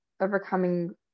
overcoming